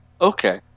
Okay